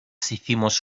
hicimos